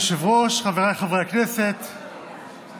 הצעת חוק הפסקת חברות בכנסת של חבר הכנסת